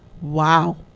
Wow